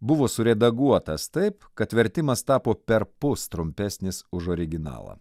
buvo suredaguotas taip kad vertimas tapo perpus trumpesnis už originalą